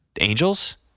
Angels